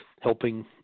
helping